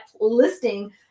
listing